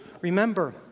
Remember